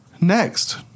Next